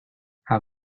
how